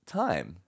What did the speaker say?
time